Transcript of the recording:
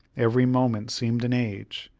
every moment seemed an age,